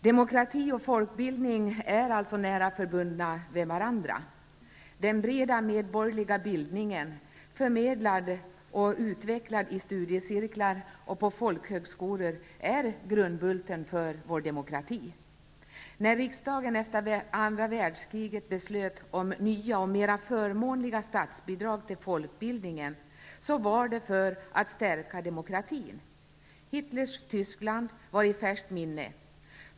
Demokrati och folkbildning är nära förbundna med varandra. Den breda medborgerliga bildningen, förmedlad och utvecklad i studiecirklar och på folkhögskolor, är grundbulten för vår demokrati. När riksdagen efter andra världskriget beslöt om nya och mera förmånliga statsbidrag till folkbildningen var det för att stärka demokratin. Hitlers Tyskland var i färskt minne.